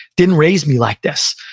didn't raise me like this.